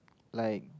like